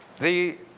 the